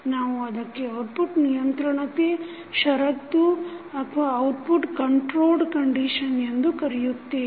ನಾವು ಅದಕ್ಕೆ ಔಟ್ಪುಟ್ ನಿಯಂತ್ರಣತೆ ಷರತ್ತು ಎಂದು ಕರೆಯುತ್ತೇವೆ